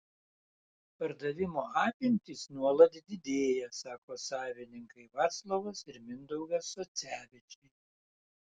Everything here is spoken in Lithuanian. pardavimo apimtys nuolat didėja sako savininkai vaclovas ir mindaugas socevičiai